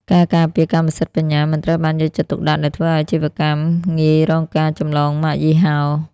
ការការពារកម្មសិទ្ធិបញ្ញា មិនត្រូវបានយកចិត្តទុកដាក់ ដែលធ្វើឱ្យអាជីវកម្មងាយរងការចម្លងម៉ាកយីហោ។